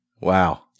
Wow